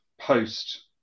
post